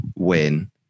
win